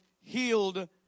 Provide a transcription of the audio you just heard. healed